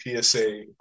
psa